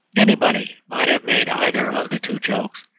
anybody might have made either of the two jokes.